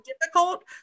difficult